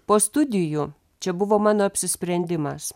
po studijų čia buvo mano apsisprendimas